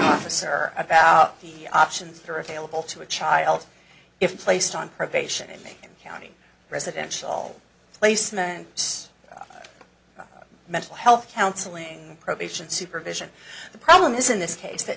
officer about the options that are available to a child if placed on probation in macomb county residential placements mental health counseling and probation supervision the problem is in this case